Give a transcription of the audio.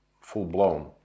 full-blown